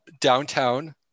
Downtown